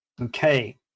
Okay